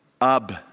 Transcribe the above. Ab